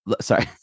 sorry